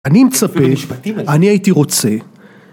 ‫אני מצפה, אני הייתי רוצה.